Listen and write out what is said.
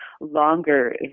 longer